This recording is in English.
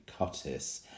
Cottis